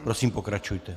Prosím, pokračujte.